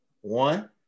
One